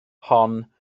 hon